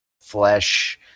flesh